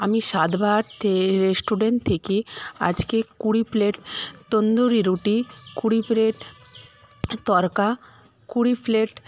আমি স্বাদ বাহারতে রেস্টুরেন্ট থেকে আজকে কুড়ি প্লেট তন্দুরি রুটি কুড়ি প্লেট তরকা কুড়ি প্লেট